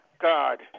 God